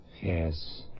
Yes